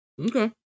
Okay